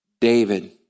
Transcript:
David